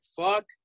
fuck